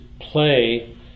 play